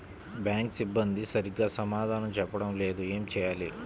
Bank సిబ్బంది సరిగ్గా సమాధానం చెప్పటం లేదు ఏం చెయ్యాలి?